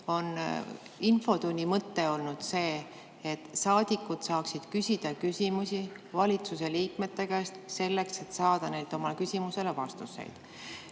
infotunni mõte olnud see, et saadikud saaksid küsida küsimusi valitsuse liikmete käest, et saada neilt oma küsimustele vastuseid.